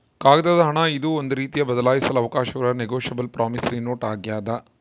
ಕಾಗದದ ಹಣ ಇದು ಒಂದು ರೀತಿಯ ಬದಲಾಯಿಸಲು ಅವಕಾಶವಿರುವ ನೆಗೋಶಬಲ್ ಪ್ರಾಮಿಸರಿ ನೋಟ್ ಆಗ್ಯಾದ